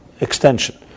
extension